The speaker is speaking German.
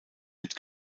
mit